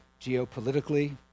geopolitically